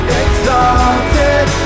exalted